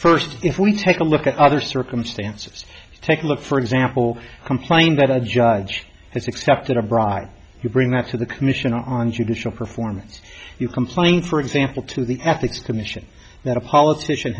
first if we take a look at other circumstances take a look for example complain that a judge has accepted a bribe you bring that to the commission on judicial performance you complain for example to the ethics commission that a politician